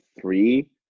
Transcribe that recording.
three